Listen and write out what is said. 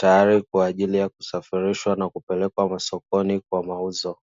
tayari kwa ajili ya kusafirishwa na kupelekwa masokoni kwa mauzo.